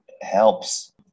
helps